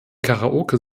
karaoke